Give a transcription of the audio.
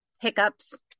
hiccups